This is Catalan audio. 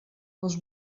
les